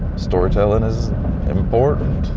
storyte ah lling is important.